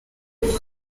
reba